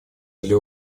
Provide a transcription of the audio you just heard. для